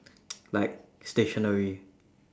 like stationery